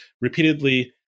repeatedly